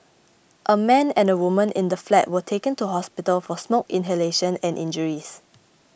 a man and a woman in the flat were taken to hospital for smoke inhalation and injuries